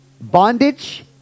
Bondage